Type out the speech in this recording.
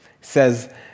says